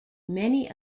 many